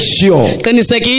sure